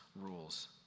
rules